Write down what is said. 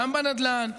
גם בנדל"ן,